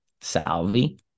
Salvi